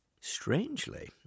Strangely